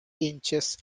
inches